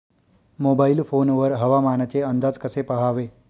Mobile phone वर हवामानाचे अंदाज कसे पहावे?